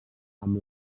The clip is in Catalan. amb